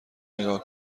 نگاه